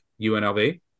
unlv